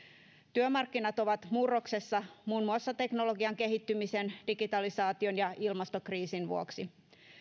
työmarkkinat ovat murroksessa muun muassa teknologian kehittymisen digitalisaation ja ilmastokriisin vuoksi